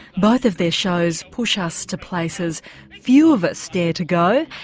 both of their shows push us to places few of us dare to go,